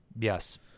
Yes